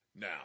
Now